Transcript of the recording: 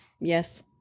yes